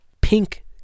Pink